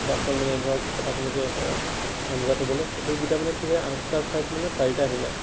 বাচন মানে ধৰক আপোনালোকে আঞ্জা থ'বলৈ সেইগিটা মানে কি হয় আঠটাৰ ঠাইত মানে চাৰিটা আহিলে